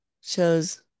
shows